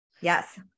Yes